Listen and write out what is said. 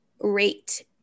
rate